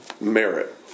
merit